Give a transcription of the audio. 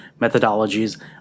methodologies